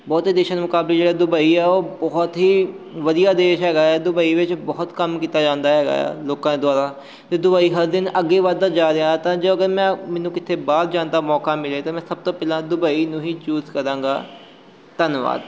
ਬਹੁਤ ਦੇਸ਼ਾਂ ਦੇ ਮੁਕਾਬਲੇ ਜਿਹੜਾ ਦੁਬਈ ਆ ਉਹ ਬਹੁਤ ਹੀ ਵਧੀਆ ਦੇਸ਼ ਹੈਗਾ ਦੁਬਈ ਵਿੱਚ ਬਹੁਤ ਕੰਮ ਕੀਤਾ ਜਾਂਦਾ ਹੈਗਾ ਆ ਲੋਕਾਂ ਦੇ ਦੁਆਰਾ ਅਤੇ ਦੁਬਈ ਹਰ ਦਿਨ ਅੱਗੇ ਵੱਧਦਾ ਜਾ ਰਿਹਾ ਤਾਂ ਜੋ ਕਿ ਮੈਂ ਮੈਨੂੰ ਕਿੱਥੇ ਬਾਹਰ ਜਾਣ ਦਾ ਮੌਕਾ ਮਿਲਿਆ ਤਾਂ ਮੈਂ ਸਭ ਤੋਂ ਪਹਿਲਾਂ ਦੁਬਈ ਨੂੰ ਹੀ ਚੂਜ ਕਰਾਂਗਾ ਧੰਨਵਾਦ